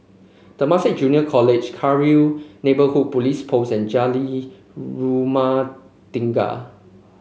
Temasek Junior College Cairnhill Neighbourhood Police Post and Jalan Rumah Tinggi